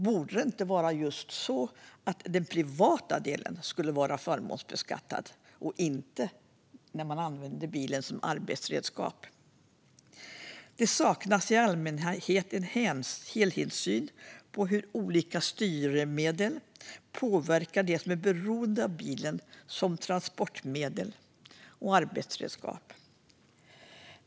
Borde det inte vara så att det är just den privata delen som skulle vara förmånsbeskattad och inte när man använder bilen som arbetsredskap? Det saknas i allmänhet en helhetssyn på hur olika styrmedel påverkar dem som är beroende av bilen som transportmedel och arbetsredskap.